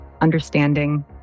understanding